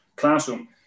classroom